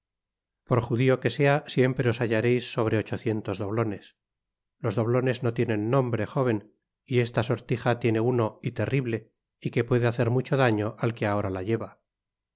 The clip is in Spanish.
por judio que sea siempre os hallareis sobre ochocientos doblones los doblones no tienen nombre jóven y esta sortija tiene uno y terrible y que puede hacer mucho daño al que ahora la lleva